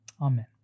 Amen